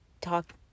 talk